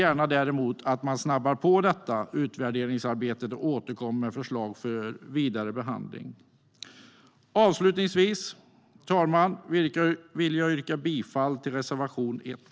Vi vill däremot gärna att man snabbar på detta utvärderingsarbete och återkommer med förslag för vidare behandling. Avslutningsvis, herr talman, vill jag yrka bifall till reservation 1.